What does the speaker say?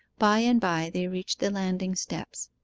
by-and-by they reached the landing-steps.